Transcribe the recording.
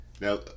Now